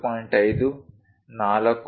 5 4